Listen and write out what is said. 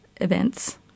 events